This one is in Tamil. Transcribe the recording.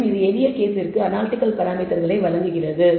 மேலும் இது எளிய கேஸ்களுக்கு அனாலிடிகல் பராமீட்டர்களை வழங்குகிறது